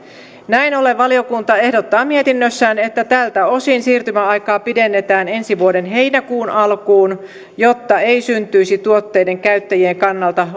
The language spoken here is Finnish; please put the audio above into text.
näin ollen valiokunta ehdottaa mietinnössään että tältä osin siirtymäaikaa pidennetään ensi vuoden heinäkuun alkuun jotta ei syntyisi tuotteiden käyttäjien kannalta